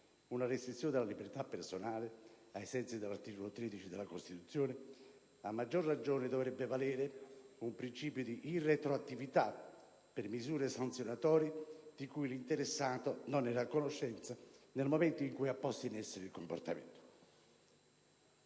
una restrizione della libertà personale, ai sensi dell'articolo 13 della Costituzione, a maggior ragione dovrebbe valere un principio di irretroattività per misure sanzionatorie di cui l'interessato non era a conoscenza nel momento in cui ha posto in essere il comportamento.